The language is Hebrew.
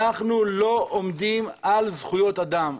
אנחנו לא עומדים על זכויות אדם.